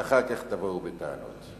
ואחר כך תבואו בטענות.